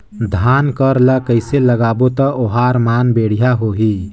धान कर ला कइसे लगाबो ता ओहार मान बेडिया होही?